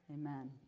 Amen